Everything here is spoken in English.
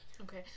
Okay